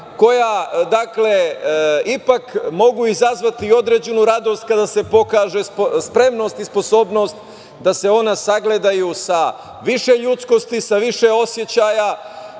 koja ipak mogu izazvati određenu radost kada se pokaže spremnost i sposobnost da se ona sagledaju sa više ljudskosti, sa više osećaja,